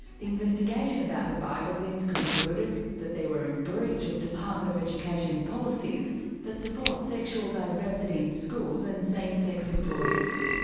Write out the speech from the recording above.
the investigation about the biblezines concluded that they were in breach of department of education policies that support sexual diversity in schools and same-sex employees.